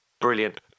brilliant